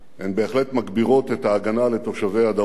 הן בהחלט מגבירות את ההגנה על תושבי הדרום,